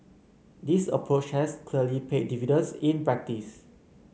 this approach has clearly paid dividends in practice